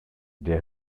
der